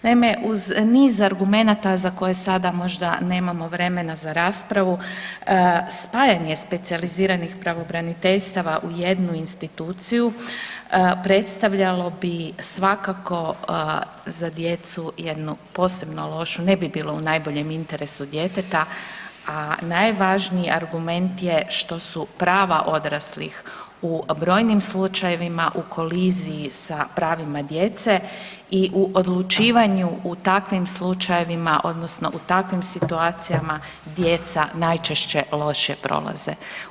Naime, uz niz argumenata za koje sada možda nemamo vremena za raspravu spajanje specijaliziranih pravobraniteljstava u jednu instituciju predstavljalo bi svakako za djecu jednu posebno lošu, ne bi bilo u najboljem interesu djeteta, a najvažniji argument je što su prava odraslih u brojnim slučajevima u koliziji sa pravima djece i u odlučivanju u takvim slučajevima odnosno u takvim situacijama djeca najčešće loše prolaze.